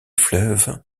fleuve